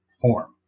form